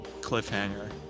cliffhanger